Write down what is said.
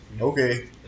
okay